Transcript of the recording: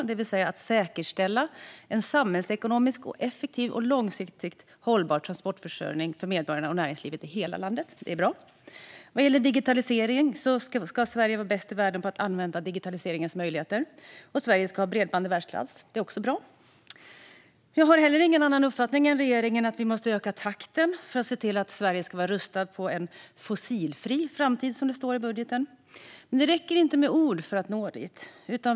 Det handlar om att säkerställa en samhällsekonomiskt effektiv och långsiktigt hållbar transportförsörjning för medborgare och näringsliv i hela landet. Det är bra. Vad gäller digitalisering ska Sverige vara bäst i världen på att använda digitaliseringens möjligheter, och Sverige ska ha bredband i världsklass. Det är också bra. Jag har heller ingen annan uppfattning än regeringen att vi måste öka takten för att se till att Sverige ska vara rustat för en fossilfri framtid, som det står i budgeten. Men det räcker inte med ord för att nå dit.